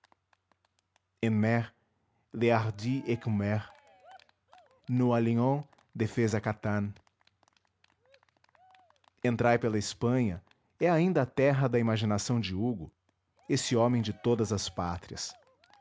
fez à catane entrai pela espanha é ainda a terra da imaginação de hugo esse homem de todas as pátrias